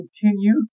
continue